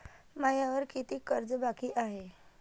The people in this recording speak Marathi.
मायावर कितीक कर्ज बाकी हाय?